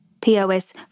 POS